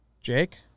Jake